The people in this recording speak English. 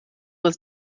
was